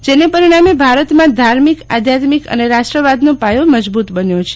જેને પરિણામે ભારતમાં ધાર્મિક આધયાત્મિક અને રાષ્ટ્રવાદનો પાયો મજબુત બન્યો છે